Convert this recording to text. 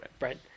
Right